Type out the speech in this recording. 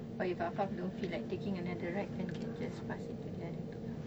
but if affaf don't feel like taking another ride then can just pass it to the other two lah